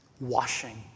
washing